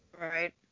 Right